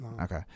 Okay